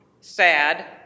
sad